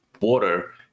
water